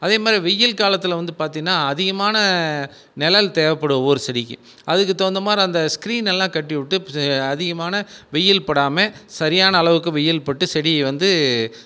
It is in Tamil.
அதே மாதிரி வெயில் காலத்தில் வந்து பார்த்தீங்கன்னா அதிகமான நிழல் தேவைப்படும் ஒவ்வொரு செடிக்கும் அதுக்கு தகுந்த மாதிரி அந்த ஸ்கிரீனல்லாம் கட்டி விட்டு அதிகமான வெயில் படாமல் சரியான அளவுக்கு வெயில் பட்டு செடி வந்து